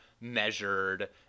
measured